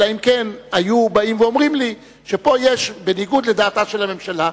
אלא אם כן היו באים ואומרים לי שפה יש משהו בניגוד לדעתה של הממשלה,